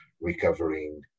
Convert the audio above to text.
recovering